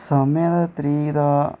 समें ते तरीक दा